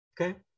Okay